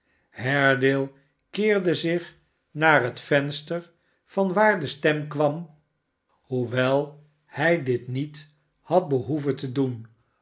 haredale keerde zich naar het venster van waar de stem kwam de weduwe en barnaby zijn vertrokken hoewel hij dit niet had behoeven te doen